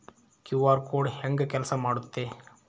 QR code ಹೆಂಗ ಕೆಲಸ ಮಾಡುತ್ತೆ?